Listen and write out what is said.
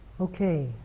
Okay